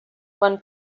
quan